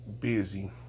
busy